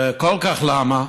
וכל כך למה?